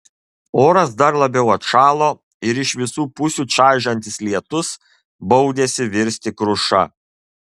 oras dar labiau atšalo ir iš visų pusių čaižantis lietus baudėsi virsti kruša